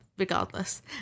regardless